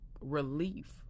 relief